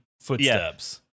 footsteps